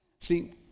See